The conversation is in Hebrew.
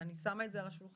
אני שמה את זה על השולחן,